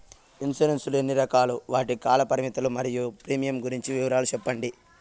Insurance లు ఎన్ని రకాలు? వాటి కాల పరిమితులు మరియు ప్రీమియం గురించి వివరాలు సెప్పండి?